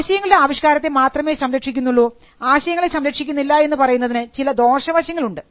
ആശയങ്ങളുടെ ആവിഷ്കാരത്തെ മാത്രമേ സംരക്ഷിക്കുന്നുള്ളൂ ആശയങ്ങളെ സംരക്ഷിക്കുന്നില്ല എന്ന് പറയുന്നതിന് ചില ദോഷവശങ്ങൾ ഉണ്ട്